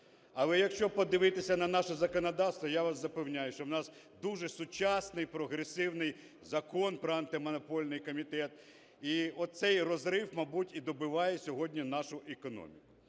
Але якщо подивитися на наше законодавство, я вас запевняю, що у нас дуже сучасний і прогресивний Закон про Антимонопольний комітет. І оцей розрив, мабуть, і добиває сьогодні нашу економіку.